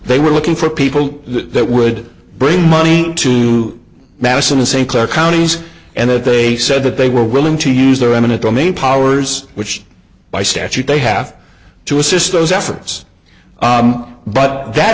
they were looking for people that would bring money to madison st clair counties and that they said that they were willing to use their eminent domain powers which by statute they have to assist those efforts but that